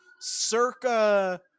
circa